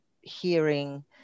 hearing